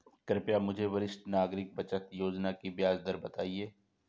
कृपया मुझे वरिष्ठ नागरिक बचत योजना की ब्याज दर बताएं